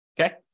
Okay